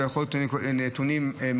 זה יכול להיות נתונים מאוחרים.